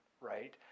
right